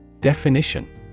Definition